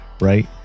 right